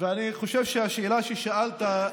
אני חושב שהשאלה ששאלת,